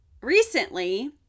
recently